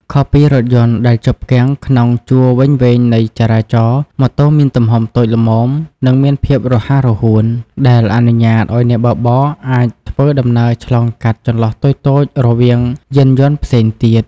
ខុសពីរថយន្តដែលជាប់គាំងក្នុងជួរវែងៗនៃចរាចរណ៍ ម៉ូតូមានទំហំតូចល្មម និងមានភាពរហ័សរហួន ដែលអនុញ្ញាតឱ្យអ្នកបើកបរអាចធ្វើដំណើរឆ្លងកាត់ចន្លោះតូចៗរវាងយានយន្តផ្សេងទៀត។